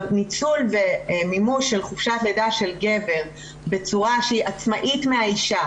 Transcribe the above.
ניצול ומימוש של חופשת לידה של גבר בצורה שהיא עצמאית מהאישה,